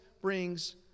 brings